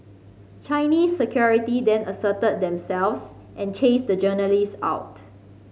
Chinese security then asserted themselves and chased the journalists out